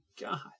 God